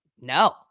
No